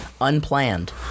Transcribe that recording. unplanned